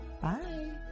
Bye